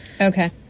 Okay